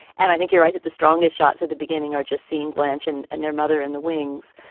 and i think you're right that the strongest shots at the beginning are just seeing blanch and and their mother in the wings.